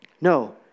No